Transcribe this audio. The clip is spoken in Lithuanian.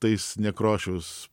tais nekrošius